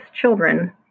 children